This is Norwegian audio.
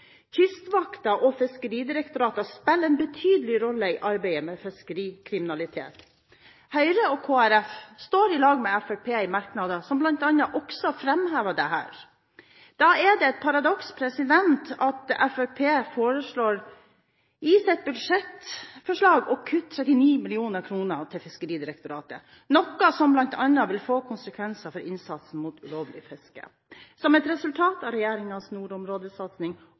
Kystvakten og Fiskeridirektoratet spiller en betydelig rolle i arbeidet med fiskerikriminalitet. Høyre og Kristelig Folkeparti står i lag med Fremskrittspartiet i merknader som bl.a. også framhever dette. Da er det et paradoks at Fremskrittspartiet foreslår i sitt budsjettforslag å kutte 39 mill. kr. til Fiskeridirektoratet, noe som bl.a. vil få konsekvenser for innsatsen mot ulovlig fiske. Som et resultat av regjeringens nordområdesatsing